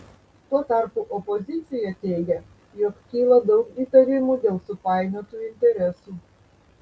tuo tarpu opozicija teigia jog kyla daug įtarimų dėl supainiotų interesų